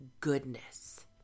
goodness